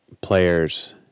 players